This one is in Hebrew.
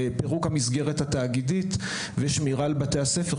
פירוק המסגרת התאגידית ושמירה על בתי הספר,